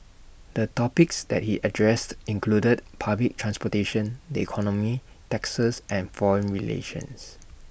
the topics that he addressed included public transportation the economy taxes and foreign relations